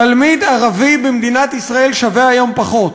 תלמיד ערבי במדינת ישראל שווה היום פחות.